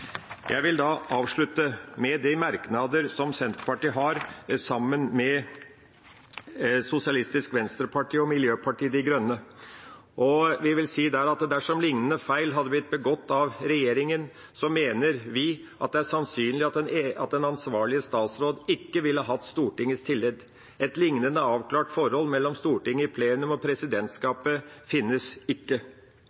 Jeg vil avslutte med de merknader som Senterpartiet har sammen med Sosialistisk Venstreparti og Miljøpartiet De Grønne. Vi vil der si at dersom lignende feil hadde blitt begått av regjeringa, mener vi at det er sannsynlig at den ansvarlige statsråd ikke ville hatt Stortingets tillit. Et lignende avklart forhold mellom Stortinget i plenum og